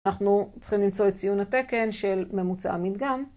אנחנו צריכים למצוא את ציון התקן של ממוצע המדגם.